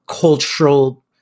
cultural